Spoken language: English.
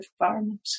environment